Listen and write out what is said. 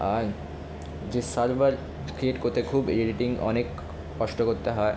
আর যে server create করতে খুব এডিটিং অনেক কষ্ট করতে হয়